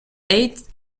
heights